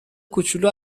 کوچولو